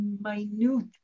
minute